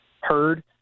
heard